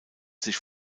sich